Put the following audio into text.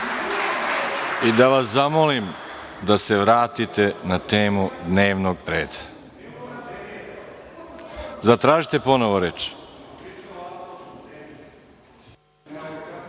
i da vas zamolim da se vratite na temu dnevnog reda. Zatražite ponovo reč.